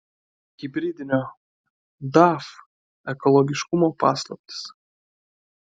hibridinio daf ekologiškumo paslaptys